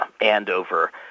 Andover